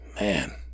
Man